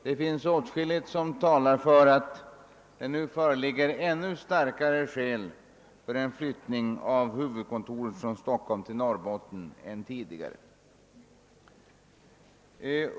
Det finns åtskilligt som talar för att det nu föreligger ännu starkare skäl för en flyttning av huvudkontoret från Stockholm till Norrbotten.